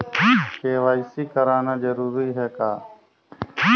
KYC कराना जरूरी है का?